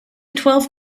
twelve